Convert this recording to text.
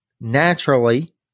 naturally